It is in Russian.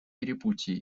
перепутье